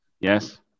Yes